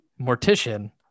Mortician